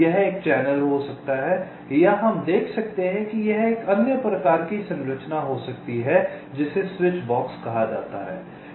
यह एक चैनल हो सकता है या हम देख सकते हैं कि यह एक अन्य प्रकार की संरचना हो सकती है जिसे स्विच बॉक्स कहा जाता है